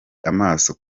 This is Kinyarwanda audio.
amaso